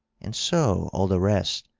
and so all the rest,